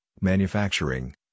manufacturing